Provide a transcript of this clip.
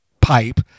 pipe